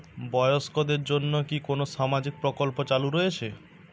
বয়স্কদের জন্য কি কোন সামাজিক প্রকল্প চালু রয়েছে?